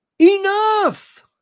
enough